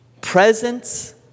Presence